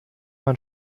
man